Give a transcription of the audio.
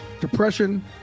Depression